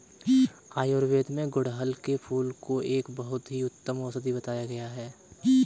आयुर्वेद में गुड़हल के फूल को एक बहुत ही उत्तम औषधि बताया गया है